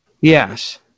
Yes